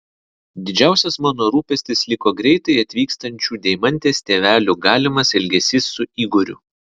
didžiausias mano rūpestis liko greitai atvykstančių deimantės tėvelių galimas elgesys su igoriu